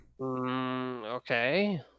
Okay